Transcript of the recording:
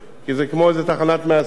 כי זה כמו איזה תחנת מאסף.